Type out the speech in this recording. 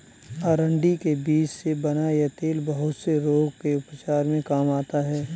अरंडी के बीज से बना यह तेल बहुत से रोग के उपचार में काम आता है